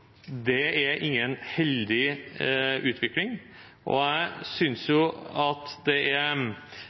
Det er ingen heldig utvikling, og jeg synes at det er